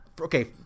Okay